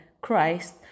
christ